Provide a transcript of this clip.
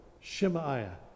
Shemaiah